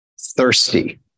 thirsty